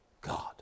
God